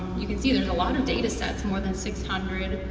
you can see there's a lot of data sets, more than six hundred.